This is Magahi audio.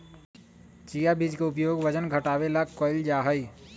चिया बीज के उपयोग वजन घटावे ला कइल जाहई